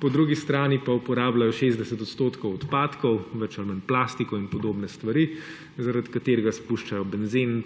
po drugi strani pa uporabljajo 60 odstotkov odpadkov, več ali manj plastiko in podobne stvari, zaradi katerega spuščajo benzen,